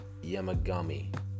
yamagami